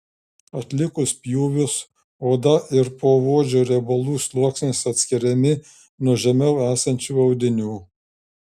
atlikus pjūvius oda ir poodžio riebalų sluoksnis atskiriami nuo žemiau esančių audinių